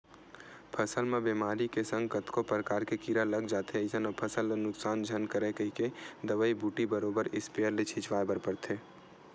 फसल म बेमारी के संग कतको परकार के कीरा लग जाथे अइसन म फसल ल नुकसान झन करय कहिके दवई बूटी बरोबर इस्पेयर ले छिचवाय बर परथे